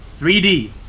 3D